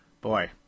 boy